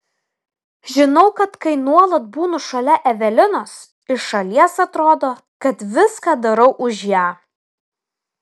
žinau kad kai nuolat būnu šalia evelinos iš šalies atrodo kad viską darau už ją